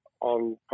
on